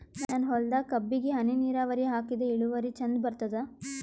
ನನ್ನ ಹೊಲದಾಗ ಕಬ್ಬಿಗಿ ಹನಿ ನಿರಾವರಿಹಾಕಿದೆ ಇಳುವರಿ ಚಂದ ಬರತ್ತಾದ?